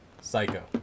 Psycho